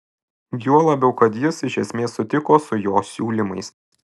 juo labiau kad jis iš esmės sutiko su jo siūlymais